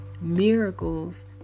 miracles